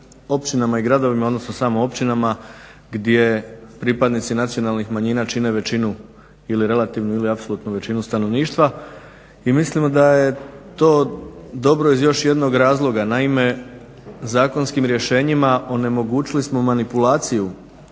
općinama i gradovima odnosno samo općinama gdje pripadnici nacionalnih manjina čine većinu ili relativnu ili apsolutnu većinu stanovništva i mislimo da je to dobro iz još jednog razloga. Naime, zakonskim rješenjima onemogućili smo manipulaciju